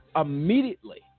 immediately